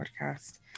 podcast